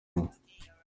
umwe